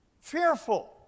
Fearful